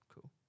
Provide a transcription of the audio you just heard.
cool